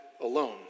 alone